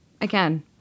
Again